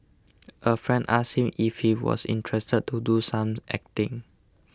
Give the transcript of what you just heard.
a friend asked him if he was interested to do some acting